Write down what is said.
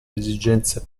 esigenze